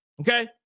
okay